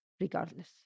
regardless